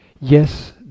Yes